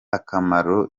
akamaro